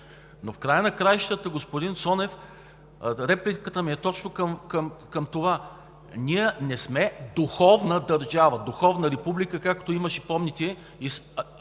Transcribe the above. Но в края на краищата, господин Цонев, репликата ми е точно към това. Ние не сме духовна държава, духовна република, както имаше, помните